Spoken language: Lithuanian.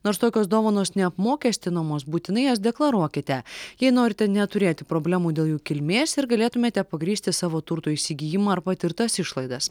nors tokios dovanos neapmokestinamos būtinai jas deklaruokite jei norite neturėti problemų dėl jų kilmės ir galėtumėte pagrįsti savo turto įsigijimą ar patirtas išlaidas